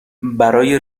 برای